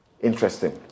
Interesting